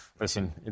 listen